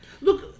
Look